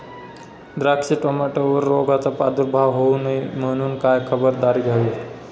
द्राक्ष, टोमॅटोवर रोगाचा प्रादुर्भाव होऊ नये म्हणून काय खबरदारी घ्यावी?